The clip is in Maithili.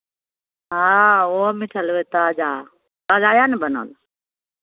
हँ ओहो मिठाइ लेबै ताजा ताजा यए ने बनल